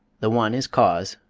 the one is cause,